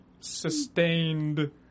sustained